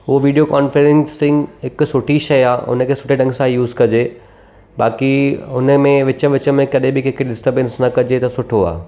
हो video conferencing हिकु सुठी शइ आहे उन खे सुठे ढंग सां यूज़ कजे बाक़ी उन में विच विच में कॾहिं बि कंहिंखे डिस्टरबैंस न कजे त सुठो आहे